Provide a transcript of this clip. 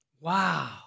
Wow